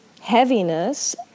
heaviness